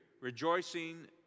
Rejoicing